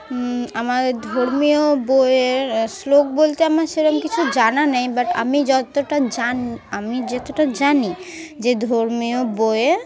আমাদের ধর্মীয় বইয়ের শ্লোক বলতে আমার সেরকম কিছু জানা নেই বাট আমি যতটা জান আমি যতটা জানি যে ধর্মীয় বইয়ে